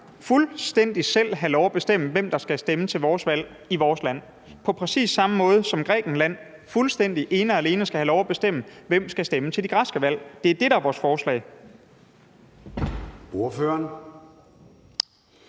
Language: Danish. fuldstændig selv have lov at bestemme, hvem der skal stemme til vores valg i vores land, på præcis samme måde, som Grækenland fuldstændig ene og alene skal have lov at bestemme, hvem der skal stemme til de græske valg. Det er det, der er vores forslag. Kl.